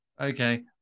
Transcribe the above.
Okay